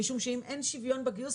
משום שאם אין שוויון בגיוס,